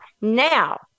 now